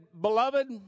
Beloved